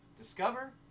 discover